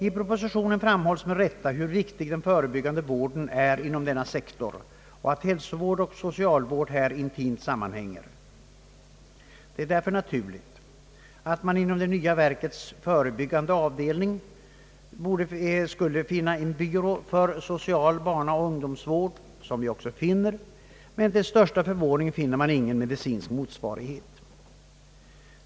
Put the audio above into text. I propositionen framhålles med rätta hur viktig den förebyggande vården är inom denna sektor och att hälsovård och socialvård härvidlag intimt sammanhänger. Det är därför naturligt att man inom det nya verkets förebyggande avdelning finner en byrå för förebyggande barnaoch ungdomsvård, men till sin stora förvåning finner man ingen medicinsk motsvarighet därtill.